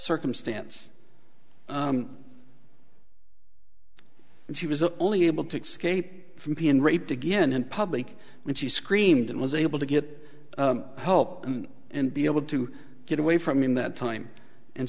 circumstance and she was only able to escape from being raped again in public when she screamed and was able to get help and be able to get away from him that time and